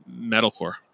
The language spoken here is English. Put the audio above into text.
metalcore